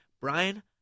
Brian